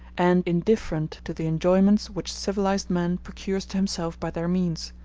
and indifferent to the enjoyments which civilized man procures to himself by their means.